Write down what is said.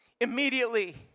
Immediately